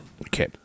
Okay